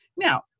Now